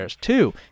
Two